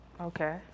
Okay